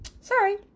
sorry